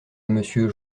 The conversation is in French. monsieur